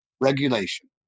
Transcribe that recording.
regulation